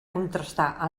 contrastar